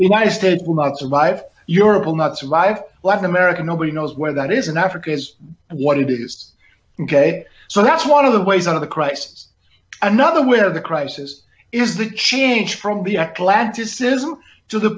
united states will not survive europe will not survive latin america nobody knows where that is in africa is what it is ok so that's one of the ways of the crisis another way of the crisis is the change from